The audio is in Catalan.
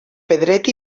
pedret